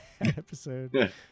episode